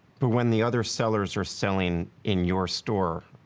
but when the other sellers are selling in your store,